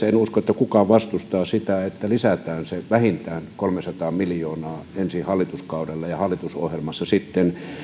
en usko että mikään puolue tässä salissa vastustaa sitä että lisätään vähintään se kolmesataa miljoonaa ensi hallituskauden hallitusohjelmassa sitten